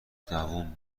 دووم